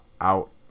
out